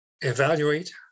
evaluate